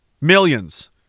Millions